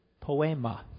poema